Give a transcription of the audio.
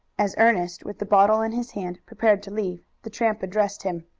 as ernest, with the bottle in his hand, prepared to leave, the tramp addressed him.